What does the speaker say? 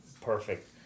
perfect